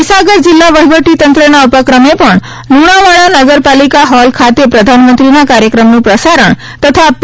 મહીસાગર જિલ્લા વહીવટીતંત્રના ઉપક્રમે પણ લુણાવાડા નગરપાલિકા હોલ ખાતે પ્રધાનમંત્રીના કાર્યક્રમનું પ્રસારણ તથા પી